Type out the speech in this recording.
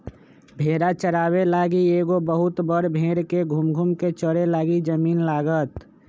भेड़ा चाराबे लागी एगो बहुत बड़ भेड़ के घुम घुम् कें चरे लागी जमिन्न लागत